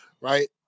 right